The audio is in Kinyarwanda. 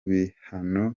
bihano